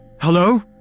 Hello